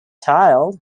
child